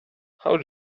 how